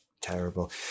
terrible